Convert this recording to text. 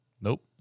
Nope